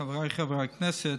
חבריי חברי הכנסת,